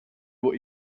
what